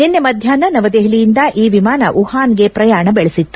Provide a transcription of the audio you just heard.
ನಿನ್ನೆ ಮಧ್ಯಾಷ್ನ ನವದೆಹಲಿಯಿಂದ ಈ ವಿಮಾನ ವುಹಾನ್ಗೆ ಪ್ರಯಾಣ ಬೆಳೆಸಿತ್ತು